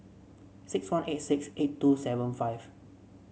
six one eight six eight two five seven